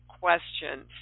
questions